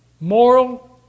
moral